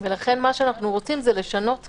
לכן אנחנו רוצים לשנות כאן,